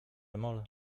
mol